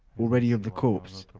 already of the corpse,